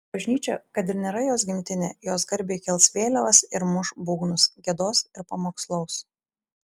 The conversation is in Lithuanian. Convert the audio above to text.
bažnyčia kad ir nėra jos gimtinė jos garbei kels vėliavas ir muš būgnus giedos ir pamokslaus